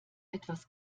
etwas